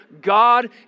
God